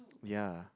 ya